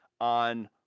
on